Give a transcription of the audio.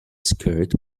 skirt